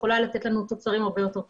יכולה לתת לנו תוצרים הרבה יותר טובים.